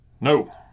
No